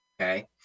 okay